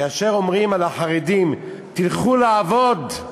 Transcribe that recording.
כאשר אומרים על החרדים: תלכו לעבוד,